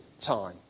time